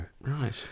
Right